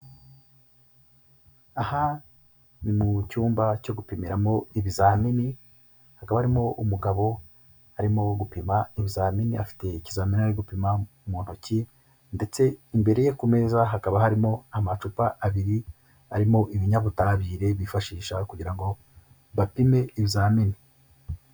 Aha ni mu cyumba cyo gupimiramo ibizamini, hakaba harimo umugabo arimo gupima ibizamini afite ikizamini arimo gupima mu ntoki ndetse imbere ye ku meza hakaba harimo amacupa abiri arimo ibinyabutabire bifashisha kugira ngo bapime ibizamini.